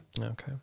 Okay